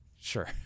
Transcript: Sure